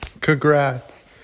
Congrats